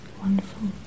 wonderful